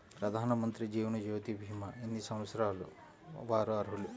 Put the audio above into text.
ప్రధానమంత్రి జీవనజ్యోతి భీమా ఎన్ని సంవత్సరాల వారు అర్హులు?